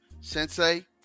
Sensei